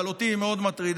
אבל אותי היא מאוד מטרידה,